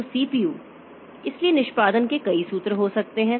तो सीपीयू इसलिए निष्पादन के कई सूत्र हो सकते हैं